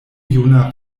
juna